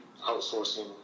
outsourcing